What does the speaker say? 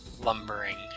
lumbering